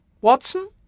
Watson